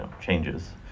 changes